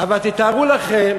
אבל תתארו לכם